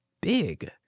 big